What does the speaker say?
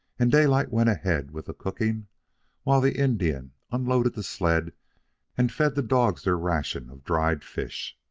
and daylight went ahead with the cooking while the indian unloaded the sled and fed the dogs their ration of dried fish.